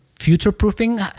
future-proofing